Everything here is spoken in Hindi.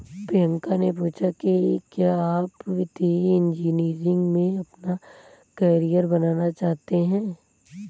प्रियंका ने पूछा कि क्या आप वित्तीय इंजीनियरिंग में अपना कैरियर बनाना चाहते हैं?